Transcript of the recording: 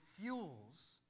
fuels